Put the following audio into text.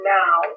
now